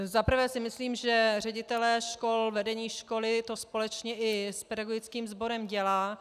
Za prvé si myslím, že ředitelé škol, vedení školy to společně i s pedagogickým sborem dělá.